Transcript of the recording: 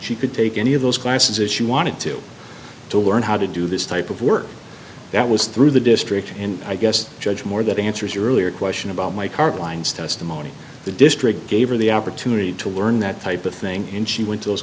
she could take any of those classes if she wanted to to learn how to do this type of work that was through the district and i guess judge moore that answers your earlier question about my current lines testimony the district gave her the opportunity to learn that type of thing and she went to those